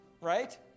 Right